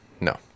no